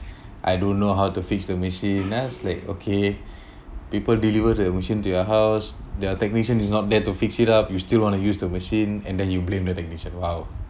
I don't know how to fix the machine then I was like okay people deliver the machine to your house their technician is not there to fix it up you still want to use the machine and then you blame the technician !wow!